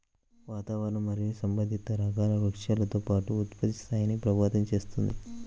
వాతావరణం మరియు సంబంధిత రకాల వృక్షాలతో పాటు ఉత్పత్తి స్థాయిని ప్రభావితం చేస్తుంది